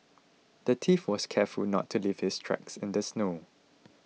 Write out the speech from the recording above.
the thief was careful to not leave his tracks in the snow